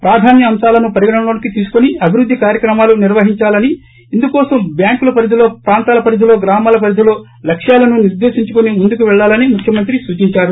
ప్రాధాన్య అంశాలను పరిగణనలోకి తీసుకుని అభివృద్ధి కార్యక్రమాలు నిర్వహిందాలని ఇందుకోసం బ్యాంకుల పరిధిలో ప్రాంతాల పరిధిలో గ్రామాల పరిధిలో లక్ష్యాలను నిర్దేశించుకుని ముందుకు పెళ్లాలని ముఖ్యమంత్రి సూచించారు